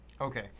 okay